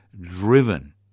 driven